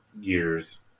years